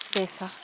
ᱵᱮᱥᱟ